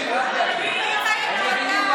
היא לא